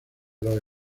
los